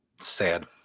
Sad